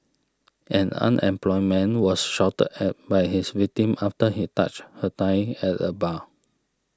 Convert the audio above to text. an unemployed man was shouted at by his victim after he touched her thigh at a bar